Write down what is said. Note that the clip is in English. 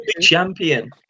champion